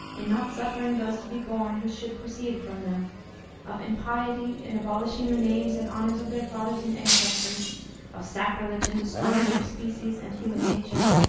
in not suffering those to be born who should proceed from them of impiety, in abolishing the names and honors of their fathers and ancestors of sacrilege, in destroying their species, and human nature,